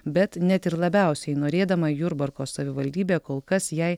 bet net ir labiausiai norėdama jurbarko savivaldybė kol kas jai